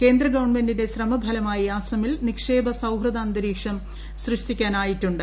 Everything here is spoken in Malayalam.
കേന്ദ്ര ഗവണമെന്റിന്റെ ശ്രമഫലമായി അസമിൽ നിക്ഷേപ സൌഹൃദ അന്തരീക്ഷം സൃഷ്ടിക്കാനായിട്ടുണ്ട്